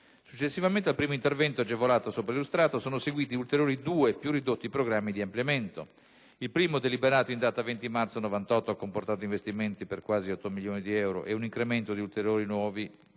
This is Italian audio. Successivamente al primo intervento agevolato sopra illustrato, sono seguiti ulteriori due più ridotti programmi di ampliamento. Il primo, deliberato in data 20 marzo 1998, ha comportato investimenti per quasi 8 milioni di euro e un incremento di ulteriori 23 nuovi